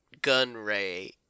Gunray